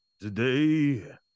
today